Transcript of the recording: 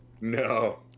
No